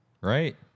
Right